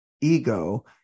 ego